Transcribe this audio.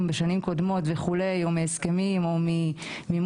בשנים קודמות או מהסכמים כאלה ואחרים או ממימון